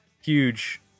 huge